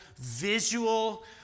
visual